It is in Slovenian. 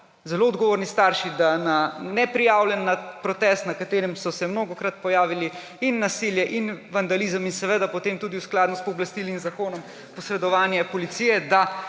zelo odgovorni starši, da na neprijavljen protest, na katerem so se mnogokrat pojavili in nasilje in vandalizem in seveda potem tudi skladno s pooblastili in zakonom posredovanje policije,